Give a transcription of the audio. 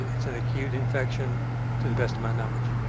it's an acute infection to the best of my knowledge.